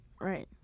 Right